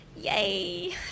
Yay